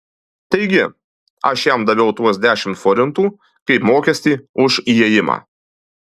taigi aš jam daviau tuos dešimt forintų kaip mokestį už įėjimą